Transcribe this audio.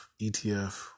ETF